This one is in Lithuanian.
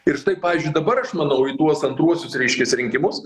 ir štai pavyzdžiui dabar aš manau į tuos antruosius reiškias rinkimus